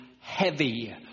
heavy